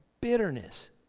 bitterness